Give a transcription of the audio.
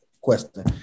question